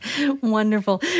wonderful